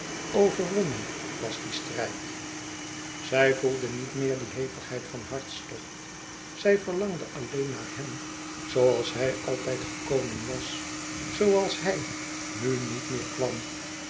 overwonnen was die strijd ze voelde niet meer die hevigheid van hartstocht zij verlangde alleen naar hem zooals hij altijd gekomen was zooals hij nu niet meer kwam